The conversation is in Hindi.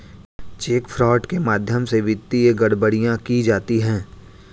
चेक फ्रॉड के माध्यम से वित्तीय गड़बड़ियां की जाती हैं